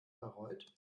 bayreuth